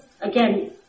again